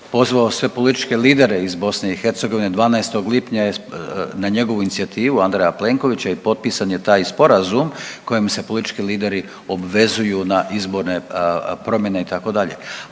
pozvao sve političke lidere iz BiH 12. lipnja je na njegovu inicijativu Andreja Plenkovića i potpisan je taj sporazum kojim se politički lideri obvezuju na izborne promjene itd.